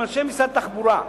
עם אנשי משרד התחבורה,